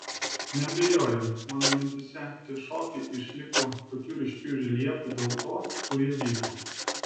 neabejoju mano mintyse tie šokiai iškilo tokiu ryškiu reljefu dėl to kur jie vyko